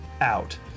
out